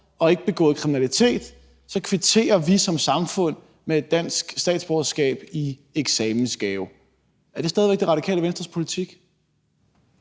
og ikke begået kriminalitet, kvitterer vi som samfund med et dansk statsborgerskab i eksamensgave. Er det stadig væk Radikale Venstres politik?